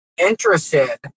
interested